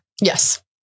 Yes